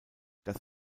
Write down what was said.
das